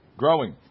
growing